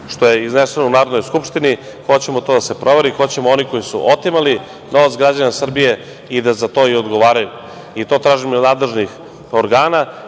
što je izneseno u Narodnoj skupštini, hoćemo to da se proveri, hoćemo oni koji su otimali novac građana Srbije i da za to i odgovaraju. To tražimo od nadležnih organa. Ja